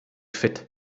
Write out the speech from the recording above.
fit